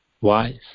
wise